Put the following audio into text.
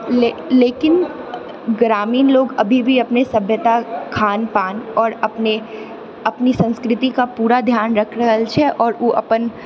लेकिन ग्रामीण लोग अभी भी अपने सभ्यता खान पान और अपने अपने संस्कृतिकऽ पूरा ध्यान रखि रहल छै और ओ अपन